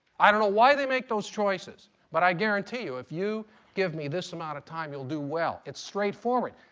i don't know why they make those choices. but i guarantee you if you give me this amount of time, you'll do well. it's straightforward.